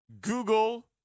Google